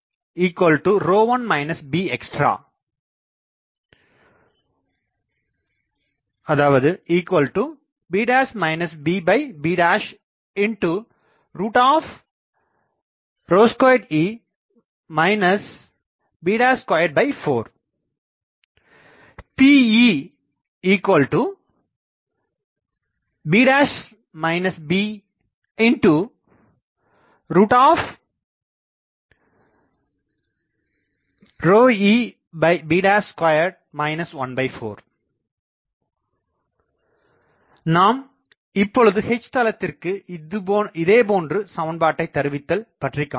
Pe1 bextra b bbe2 b24 Peb beb2 1412 நாம் இப்பொழுது H தளத்திற்கு இதேபோன்று சமன்பாட்டைத் தருவித்தல் பற்றிக்காணலாம்